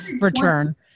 return